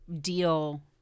deal